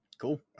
cool